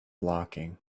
blocking